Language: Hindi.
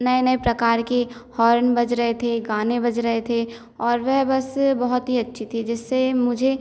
नए नए प्रकार के हॉर्न बज रहे थे गाने बज रहे थे और वह बस बहुत ही अच्छी थी जिससे मुझे